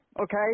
okay